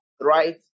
right